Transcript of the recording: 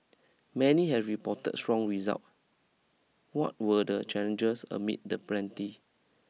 many have reported strong result what were the challenges amid the plenty